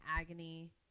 agony